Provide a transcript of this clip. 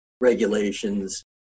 regulations